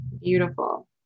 Beautiful